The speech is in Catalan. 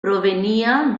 provenia